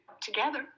together